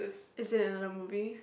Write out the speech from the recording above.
is it another movie